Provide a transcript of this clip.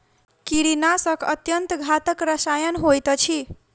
कीड़ीनाशक अत्यन्त घातक रसायन होइत अछि